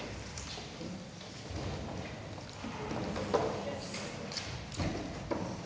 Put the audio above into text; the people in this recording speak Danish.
Tak.